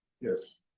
Yes